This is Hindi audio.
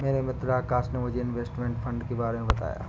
मेरे मित्र आकाश ने मुझे इनवेस्टमेंट फंड के बारे मे बताया